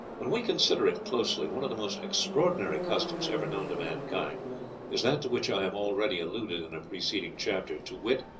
when we consider it closely, one of the most extraordinary customs ever known to mankind is that to which i have already alluded in a preceding chapter, to wit,